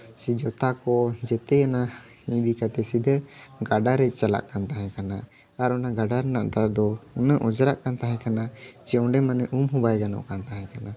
ᱥᱮ ᱡᱩᱛᱟ ᱠᱚ ᱡᱮᱛᱮᱱᱟᱜ ᱤᱫᱤ ᱠᱟᱛᱮ ᱥᱤᱫᱷᱟᱹ ᱜᱟᱰᱟᱨᱮ ᱪᱟᱞᱟᱜ ᱠᱟᱱ ᱛᱟᱦᱮᱸ ᱠᱟᱱᱟ ᱟᱨ ᱚᱱᱟ ᱜᱟᱰᱟ ᱨᱮᱱᱟᱜ ᱫᱟᱜ ᱫᱚ ᱩᱱᱟᱹᱜ ᱚᱡᱽᱨᱟᱜ ᱠᱟᱱ ᱛᱟᱦᱮᱸ ᱠᱟᱱᱟ ᱪᱮ ᱚᱸᱰᱮ ᱢᱟᱱᱮ ᱩᱢ ᱦᱚᱸ ᱵᱟᱭ ᱜᱟᱱᱚᱜ ᱠᱟᱱ ᱛᱟᱦᱮᱸᱫ